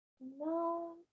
No